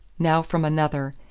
now from another,